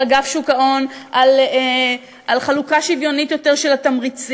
של אגף שוק ההון לחלוקה שוויונית יותר של התמריצים,